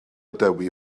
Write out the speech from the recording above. dewi